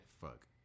Fuck